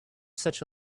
such